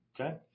Okay